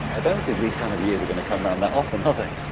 i don't think these kind of years are going to come round that often are they?